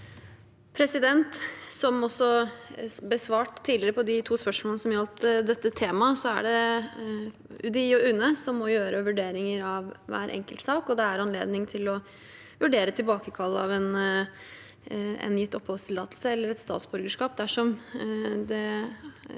Som også besvart tidligere, til de to spørsmålene som gjaldt dette temaet, er det UDI og UNE som må gjøre vurderinger av hver enkelt sak, og det er anledning til å vurdere tilbakekall av en gitt oppholdstillatelse eller et statsborgerskap dersom det er